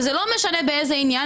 וזה לא משנה באיזה עניין,